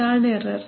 ഇതാണ് എറർ